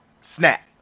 Snap